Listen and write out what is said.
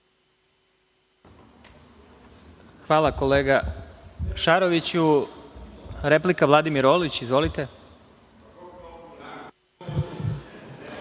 Hvala kolega Šaroviću. Replika, Vladimir Orlić. Izvolite.